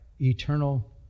eternal